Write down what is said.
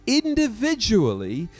individually